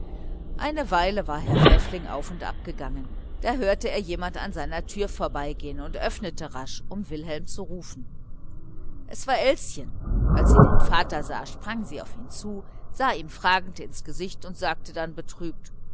eine weile war herr pfäffling auf und ab gegangen da hörte er jemand an seiner türe vorbeigehen und öffnete rasch um wilhelm zu rufen es war elschen als sie den vater sah sprang sie auf ihn zu sah ihm fragend ins gesicht und sagte dann betrübt